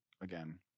again